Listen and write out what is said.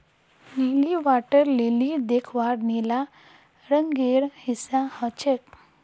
नीली water lily दख्वार नीला रंगेर हिस्सा ह छेक